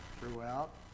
throughout